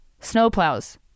snowplows